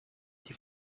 die